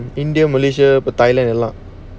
indian malaysia or thailand lah